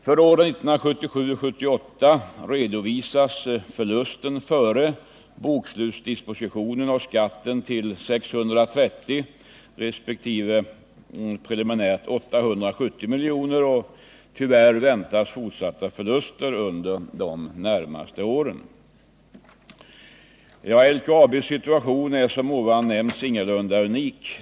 För åren 1977 och 1978 redovisas förlusten före bokslutsdispositionen och skatten till 630 milj.kr. resp. preliminärt 870 milj.kr., och tyvärr väntas ytterligare förluster under de närmaste åren. LKAB:s situation är som nämnts ingalunda unik.